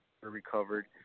recovered